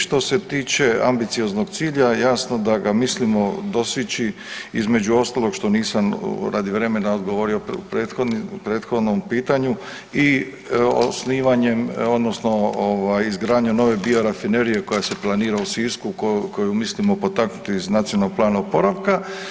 Što se tiče ambicioznog cilja jasno da ga mislimo dostići između ostalog što nisam radi vremena odgovorio u prethodnom pitanju i osnivanjem odnosno izgradnjom nove biorafinerije koja se planira u Sisku, koju mislimo potaknuti iz nacionalnog plana oporavka.